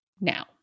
now